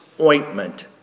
ointment